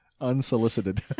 Unsolicited